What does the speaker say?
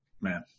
man